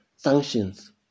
sanctions